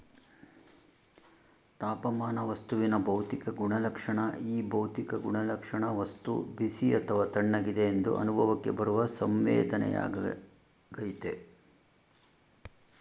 ತಾಪಮಾನ ವಸ್ತುವಿನ ಭೌತಿಕ ಗುಣಲಕ್ಷಣ ಈ ಭೌತಿಕ ಗುಣಲಕ್ಷಣ ವಸ್ತು ಬಿಸಿ ಅಥವಾ ತಣ್ಣಗಿದೆ ಎಂದು ಅನುಭವಕ್ಕೆ ಬರುವ ಸಂವೇದನೆಯಾಗಯ್ತೆ